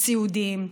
הסיעודיים.